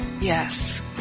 Yes